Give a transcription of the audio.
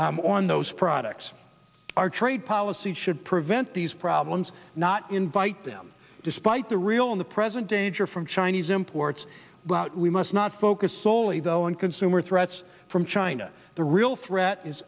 our trade policies should prevent these problems not invite them despite the real in the present danger from chinese imports but we must not focus soley though and consumer threats from china the real threat is